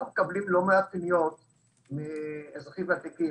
אנחנו מקבלים לא מעט פניות מאזרחים ותיקים